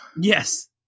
Yes